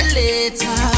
later